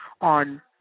on